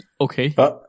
Okay